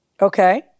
Okay